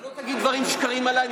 אתה לא תגיד דברים, שקרים עליי.